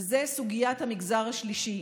וזו סוגיית המגזר השלישי.